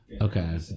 Okay